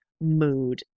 mood